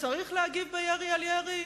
שצריך להגיב בירי על ירי.